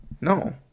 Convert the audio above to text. no